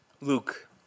Luke